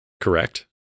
Correct